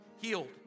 healed